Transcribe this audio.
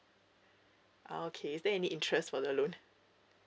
oh okay is there any interest for the loan